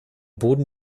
boden